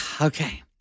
Okay